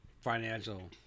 financial